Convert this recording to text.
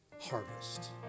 harvest